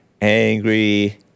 angry